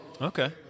Okay